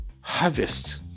Harvest